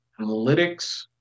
analytics